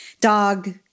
dog